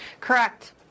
Correct